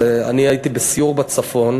אני הייתי בסיור בצפון,